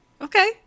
Okay